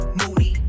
moody